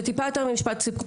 זה טיפה יותר ממשפט סיכום,